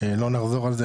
לא נחזור על זה.